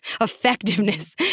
effectiveness